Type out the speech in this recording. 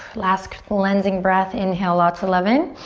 last cleansing breath. inhale lots of love in.